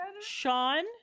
Sean